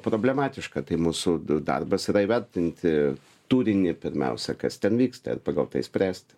problematiška tai mūsų darbas yra įvertinti turinį pirmiausia kas ten vyksta ir pagal tai spręsti